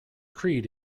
creed